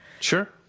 Sure